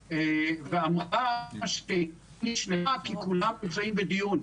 ואמרה שהיא שלווה כי כולם נמצאים בדיון.